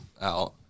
out